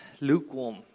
lukewarm